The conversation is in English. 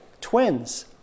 Twins